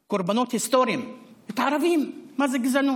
קורבנות היסטוריים, את הערבים: מה זה גזענות,